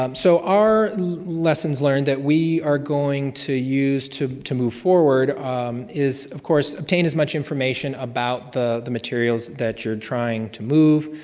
um so, our lessons learned that we are going to use to to move forward is, of course, obtain as much information about the the materials that you're trying to move,